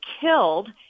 killed